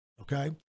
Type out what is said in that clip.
okay